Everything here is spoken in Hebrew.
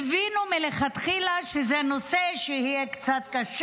הבינו מלכתחילה שזה נושא שיהיה קצת קשה.